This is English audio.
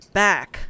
back